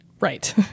Right